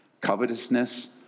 covetousness